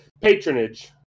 patronage